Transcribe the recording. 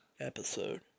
episode